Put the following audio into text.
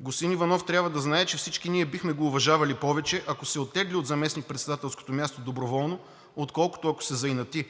Господин Иванов трябва да знае, че всички ние бихме го уважавали повече, ако се оттегли от заместникпредседателското място доброволно, отколкото ако се заинати.